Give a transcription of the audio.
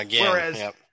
Whereas